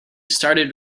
started